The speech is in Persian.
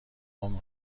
اون